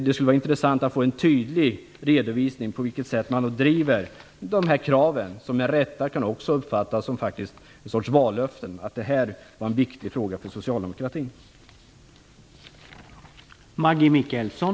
Det vore intressant att få en tydlig redovisning av på vilket sätt man driver de här kraven, som faktiskt kan uppfattas som en sorts vallöften - det här var en viktig fråga för socialdemokratin.